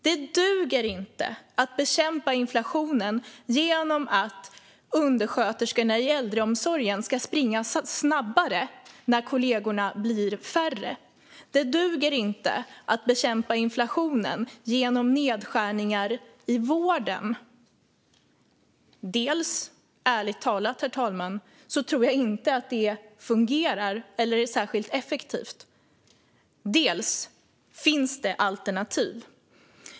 Det duger inte att bekämpa inflationen genom att undersköterskorna i äldreomsorgen ska springa snabbare när kollegorna blir färre. Det duger inte att bekämpa inflationen genom nedskärningar i vården. Herr talman! Dels tror jag ärligt talat inte att det fungerar eller är särskilt effektivt. Dels finns det alternativ.